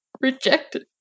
rejected